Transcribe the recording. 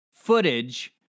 Footage